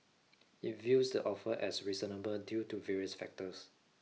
it views the offer as reasonable due to various factors